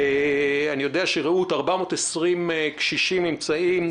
אני יודע ש-420 קשישים נמצאים ברעות,